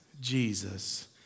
Jesus